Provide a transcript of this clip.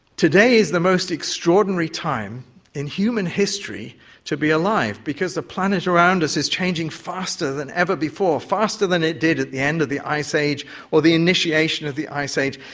today is the most extraordinary time in human history to be alive because the planet around us is changing faster than ever before, faster than it did at the end of the ice age or the initiation of the ice age.